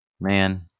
Man